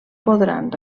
podran